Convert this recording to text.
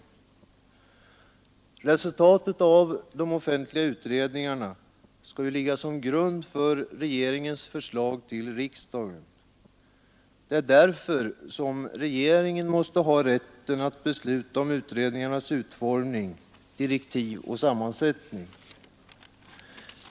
Resultatet av de offentliga utredningarna skall ju ligga som grund för regeringens förslag till riksdagen. Det är därför som regeringen måste ha rätten att besluta om utredningarnas utformning, direktiv och sammansättning.